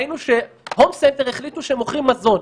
ראינו שהום סנטר החליטו שהם מוכרים מזון,